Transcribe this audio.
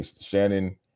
Shannon